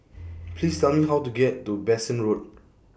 Please Tell Me How to get to Bassein Road